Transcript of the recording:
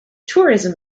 tourism